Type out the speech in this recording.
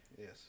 Yes